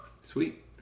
sweet